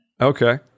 Okay